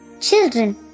Children